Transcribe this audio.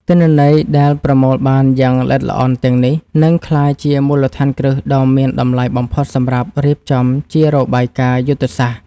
ទិន្នន័យដែលប្រមូលបានយ៉ាងល្អិតល្អន់ទាំងនេះ នឹងក្លាយជាមូលដ្ឋានគ្រឹះដ៏មានតម្លៃបំផុតសម្រាប់រៀបចំជារបាយការណ៍យុទ្ធសាស្ត្រ។